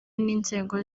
n’inzego